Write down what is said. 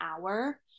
hour